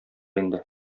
инде